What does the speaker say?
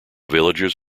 villagers